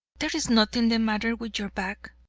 there is nothing the matter with your back,